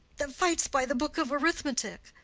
that fights by the book of arithmetic!